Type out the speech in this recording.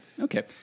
Okay